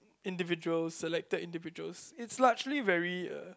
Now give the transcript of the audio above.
individuals selected individuals it's largely very uh